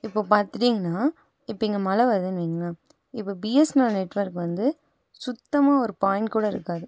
இப்போ பார்த்துக்கிட்டீங்கனா இப்போ இங்கே மழை வருதுன்னு வைங்களேன் இப்போ பிஎஸ்னல் நெட்ஒர்க் வந்து சுத்தமாக ஒரு பாயிண்ட் கூட இருக்காது